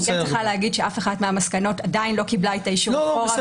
אני כן צריכה להגיד שאף אחת מהמסקנות עדיין לא קיבלה את האישור אחורה,